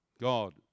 God